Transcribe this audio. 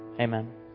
amen